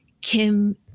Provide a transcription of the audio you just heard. Kim